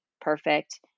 perfect